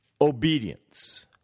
Obedience